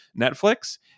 Netflix